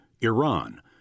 Iran